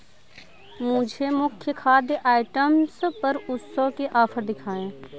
मुझे मुख्य खाद्य आइटम्स पर उत्सव के ऑफर दिखाएँ